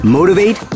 Motivate